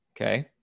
Okay